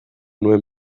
nuen